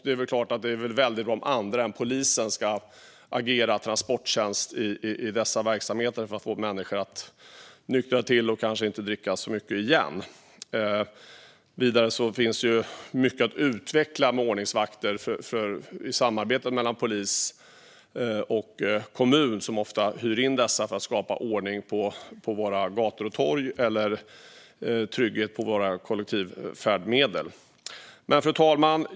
Det är klart att det är bra om andra än polisen kan agera transporttjänst i arbetet med att få människor att nyktra till och kanske inte dricka så mycket igen. Vidare finns det mycket att utveckla gällande ordningsvakter i samarbetet mellan polis och kommunerna, som ofta hyr in vakterna för att skapa ordning på våra gator och torg eller skapa trygghet på våra kollektiva färdmedel. Fru talman!